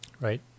Right